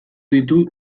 ditu